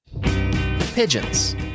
Pigeons